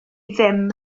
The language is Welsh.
ddim